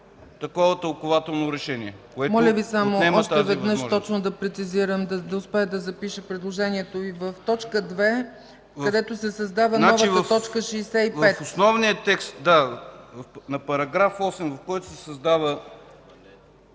такова тълкувателно Решение, което отнема тази възможност.